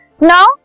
Now